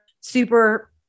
super